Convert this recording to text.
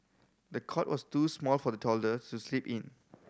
the cot was too small for the toddler to sleep in